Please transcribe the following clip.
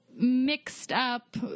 mixed-up